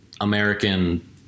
American